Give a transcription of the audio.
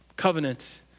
covenant